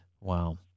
Wow